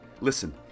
Listen